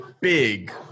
big